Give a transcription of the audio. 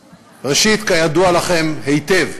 ראשית, כידוע לכם היטב,